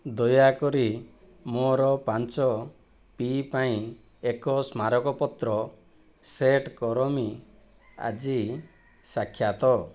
ଦୟାକରି ମୋର ପାଞ୍ଚ ପି ପାଇଁ ଏକ ସ୍ମାରକପତ୍ର ସେଟ୍ କରମି ଆଜି ସାକ୍ଷାତ